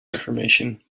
reformation